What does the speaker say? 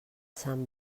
sant